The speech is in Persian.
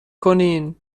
کنین